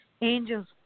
angels